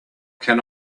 can